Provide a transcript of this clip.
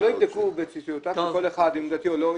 שלא יבדקו בציציותיו של כל אחד אם הוא דתי או לא.